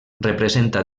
representa